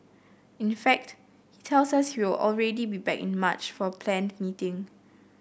in fact he tells us he will already be back in March for a planned meeting